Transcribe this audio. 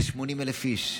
ל-80,000 איש.